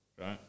Right